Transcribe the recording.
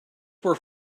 were